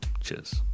Cheers